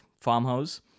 farmhouse